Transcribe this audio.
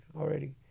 already